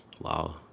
Wow